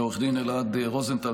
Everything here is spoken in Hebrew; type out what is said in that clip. לעו"ד אלעד רוזנטל,